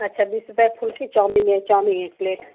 अच्छा बीस रुपये फुल्की चाउमिन है चाउमिन एक प्लेट